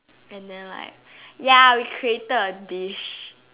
and then like ya we created a dish